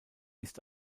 ist